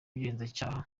ubugenzacyaha